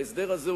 ההסדר הזה,